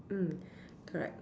mm correct